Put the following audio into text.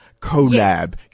collab